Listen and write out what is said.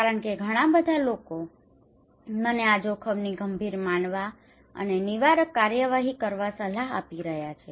કારણ કે ઘણા લોકો મને આ જોખમને ગંભીર માનવા અને નિવારક કાર્યવાહી કરવા સલાહ આપી રહ્યા છે